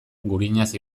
gurinaz